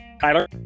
Tyler